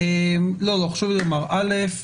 אמרו לי